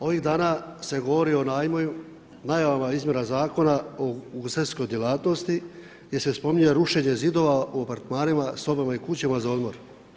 Ovih dana se govori o najavama izmjena Zakona o ugostiteljskoj djelatnosti, gdje se spominje rušenje zidova u apartmanima, sobama i kućama za odmor.